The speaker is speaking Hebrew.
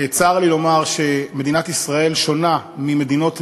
צר לי לומר שמדינת ישראל שונה ממדינות "נאורות"